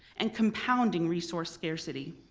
and compounding resource scarcity.